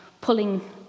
pulling